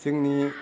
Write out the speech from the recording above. जोंनि